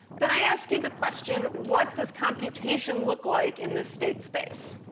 then i ask you the question, what does computation look like in this state space.